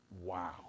wow